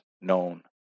known